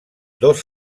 dos